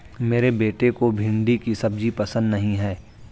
मेरे बेटे को भिंडी की सब्जी पसंद नहीं है